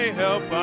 help